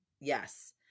Yes